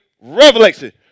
revelation